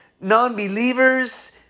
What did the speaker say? non-believers